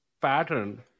pattern